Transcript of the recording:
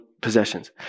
possessions